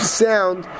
sound